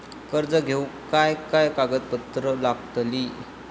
कर्ज घेऊक काय काय कागदपत्र लागतली?